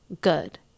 good